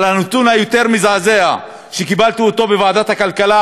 אבל הנתון היותר-מזעזע שקיבלתי בוועדת הכלכלה